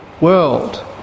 world